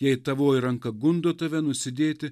jei tavoji ranka gundo tave nusidėti